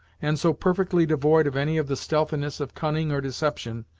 and so perfectly devoid of any of the stealthiness of cunning or deception,